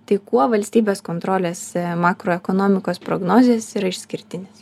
tai kuo valstybės kontrolės makroekonomikos prognozės yra išskirtinės